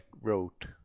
wrote